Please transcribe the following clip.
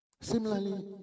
similarly